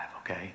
okay